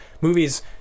Movies